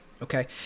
Okay